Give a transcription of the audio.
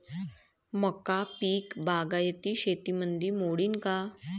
मका पीक बागायती शेतीमंदी मोडीन का?